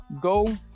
Go